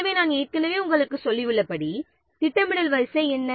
எனவே நாம் ஏற்கனவே உங்களுக்குச் சொல்லியுள்ளபடி திட்டமிடல் வரிசை என்ன